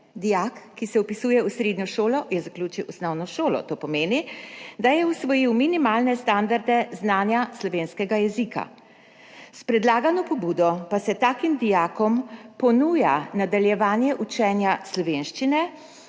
Dijak, ki se vpisuje v srednjo šolo, je zaključil osnovno šolo, to pomeni, da je usvojil minimalne standarde znanja slovenskega jezika. S predlagano pobudo pa se takim dijakom ponuja nadaljevanje učenja slovenščine